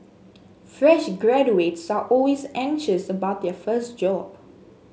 fresh graduates are always anxious about their first job